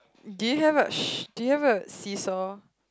do you have a sh~ do you have a see saw